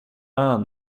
den